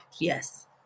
Yes